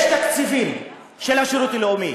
יש תקציבים של השירות הלאומי,